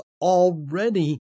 already